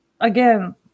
again